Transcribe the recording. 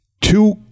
Two